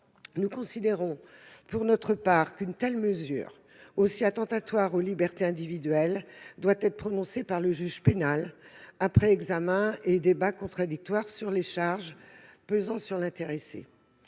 Nous considérons pour notre part qu'une telle mesure, aussi attentatoire aux libertés individuelles, doit être prononcée par le juge pénal, après examen des charges pesant sur l'intéressé